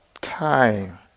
time